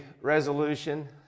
resolution